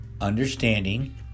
understanding